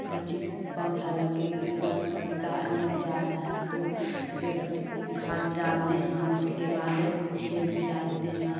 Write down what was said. बती पौधा लगे लग लगता लग जाता है तो दे अति खाद डालते हैं उसके बाद डी ए पी डालते हैं